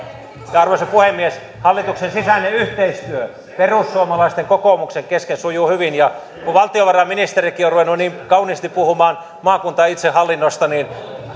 arvoisa puhemies hallituksen sisäinen yhteistyö perussuomalaisten ja kokoomuksen kanssa sujuu hyvin ja kun valtiovarainministerikin on ruvennut niin kauniisti puhumaan maakuntaitsehallinnosta niin